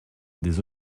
des